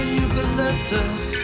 eucalyptus